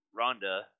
Rhonda